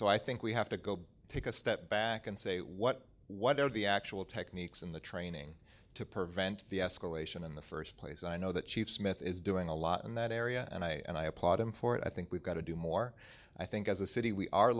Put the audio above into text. so i think we have to go take a step back and say what what are the actual techniques in the training to prevent the escalation in the first place and i know that chief smith is doing a lot in that area and i and i applaud him for it i think we've got to do more i think as a city we are